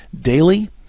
daily